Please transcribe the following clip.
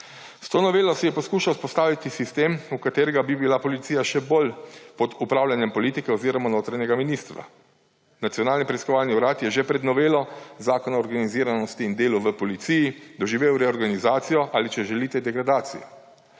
S to novelo se je poskušal vzpostaviti sistem, v katerem bi bila policija še bolj pod upravljanjem politike oziroma notranjega ministra. Nacionalni preiskovalni urad je že pred novelo Zakona o organiziranosti in delu v policiji doživel reorganizacijo ali, če želite, degradacijo.